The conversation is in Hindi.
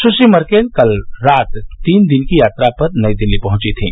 सुश्री मर्केल कल रात तीन दिन की यात्रा पर नई दिल्ली पहुंची थीं